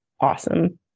awesome